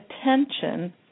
attention